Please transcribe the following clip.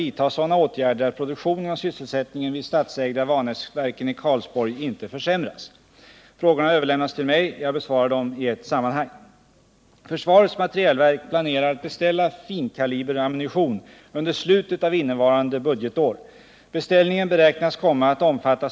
I Karlsborgs kommun i Skaraborgs län ligger Vanäsverken, ett företag som ägs av statliga FFV och som är specialiserat på att tillverka ammunition huvudsakligen för det svenska försvarets räkning.